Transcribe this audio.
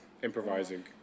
improvising